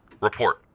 Report